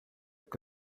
que